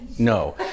No